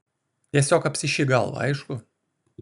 tiesiog apsišik galvą aišku